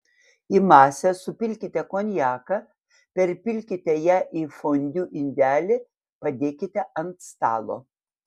į masę supilkite konjaką perpilkite ją į fondiu indelį padėkite ant stalo